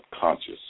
conscious